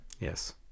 Yes